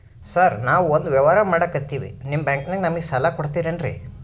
Sir ನಾವು ಒಂದು ವ್ಯವಹಾರ ಮಾಡಕ್ತಿವಿ ನಿಮ್ಮ ಬ್ಯಾಂಕನಾಗ ನಮಿಗೆ ಸಾಲ ಕೊಡ್ತಿರೇನ್ರಿ?